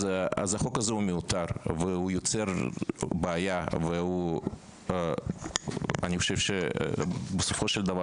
אז החוק הזה הוא מיותר והוא יוצר בעיה ואני חושב שבסופו של דבר